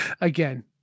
Again